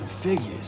figures